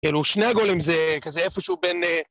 כאילו, שני הגולם זה כזה איפשהו בין...